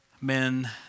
men